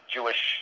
Jewish